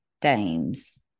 Dames